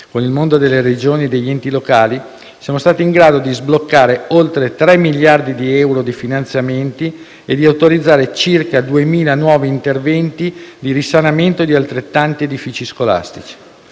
con il mondo delle Regioni e degli enti locali, siamo stati in grado di sbloccare oltre 3 miliardi di euro di finanziamenti e di autorizzare circa 2.000 nuovi interventi di risanamento di altrettanti edifici scolastici.